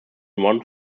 one